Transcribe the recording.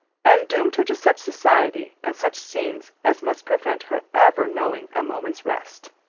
and doomed her to such society and such scenes as must prevent her ever knowing a moment's rest.